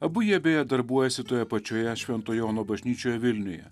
abu jie beje darbuojasi toje pačioje švento jono bažnyčioje vilniuje